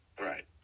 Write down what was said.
Right